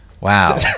wow